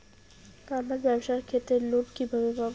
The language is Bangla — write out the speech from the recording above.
আমার ব্যবসার ক্ষেত্রে লোন কিভাবে পাব?